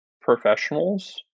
professionals